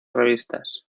revistas